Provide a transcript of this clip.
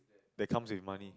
that comes with money